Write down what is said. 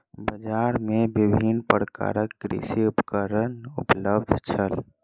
बजार में विभिन्न प्रकारक कृषि उपकरण उपलब्ध छल